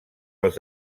els